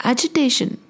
Agitation